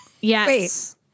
Yes